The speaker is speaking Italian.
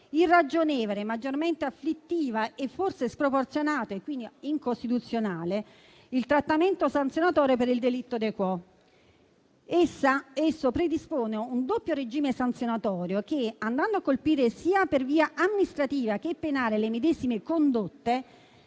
irragionevole, maggiormente afflittivo e forse sproporzionato, e quindi incostituzionale, il trattamento sanzionatorio per il delitto *de quo*. Essa predispone un doppio regime sanzionatorio che, andando a colpire sia per via amministrativa che penale le medesime condotte,